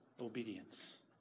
obedience